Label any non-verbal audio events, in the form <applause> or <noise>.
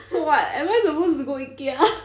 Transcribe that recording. so what am I supposed to go Ikea <laughs>